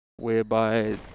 whereby